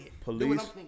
Police